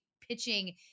pitching